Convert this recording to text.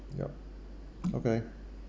yup okay